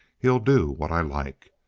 he'll do what i like.